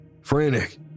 Frantic